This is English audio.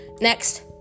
Next